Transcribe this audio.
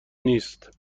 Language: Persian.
نیست